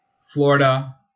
Florida